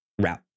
route